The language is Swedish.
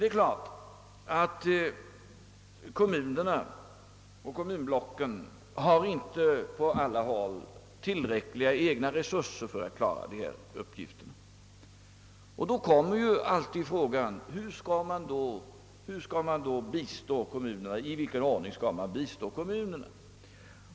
Kommunerna och kommunblocken har självfallet inte på alla håll tillräckliga egna resurser för att klara dessa uppgifter. I ett sådant läge uppkommer alltid frågan hur och i vilken ordning kommunerna skall bistås.